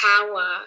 power